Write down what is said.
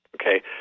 Okay